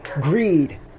greed